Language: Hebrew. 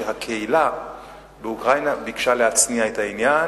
היא שהקהילה באוקראינה ביקשה להצניע את העניין.